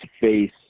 face